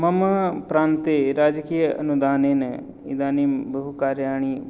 मम प्रान्ते राजकीय अनुदानेन इदानीं बहुकार्याणि